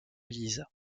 lisa